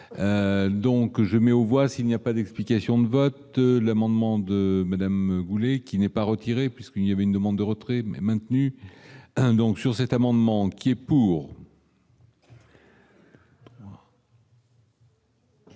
donc je mets aux voix s'il n'y a pas d'explication de vote l'amendement de Madame Goulet, qui n'est pas retiré puisqu'il y avait une demande de retrait maintenu donc sur cet amendement, qui est pour.